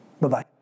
Bye-bye